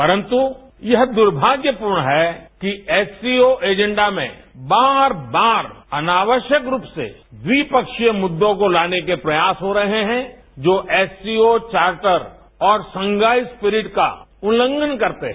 परन्त यह द्भाग्यप्रर्ण है कि एससीओ एजेंडा में बार बार अनावश्यक रूप से द्विपक्षीय मुद्दों को लाने के प्रयास हो रहे हैं जो एससीओ चार्टर और शंघाई स्प्रिट का उल्लंघन करते हैं